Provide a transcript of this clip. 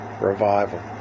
revival